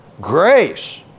Grace